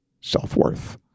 self-worth